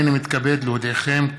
הנני מתכבד להודיעכם,